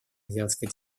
азиатско